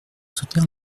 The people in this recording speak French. soutenir